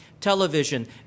television